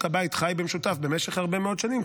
הבית חי במשותף במשך הרבה מאוד שנים,